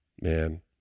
man